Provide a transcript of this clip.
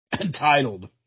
Entitled